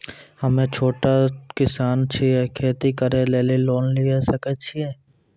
हम्मे छोटा किसान छियै, खेती करे लेली लोन लिये सकय छियै?